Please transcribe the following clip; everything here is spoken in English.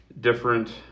different